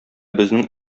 безнең